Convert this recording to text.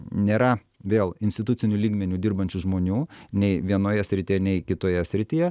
nėra vėl instituciniu lygmeniu dirbančių žmonių nei vienoje srityje nei kitoje srityje